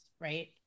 Right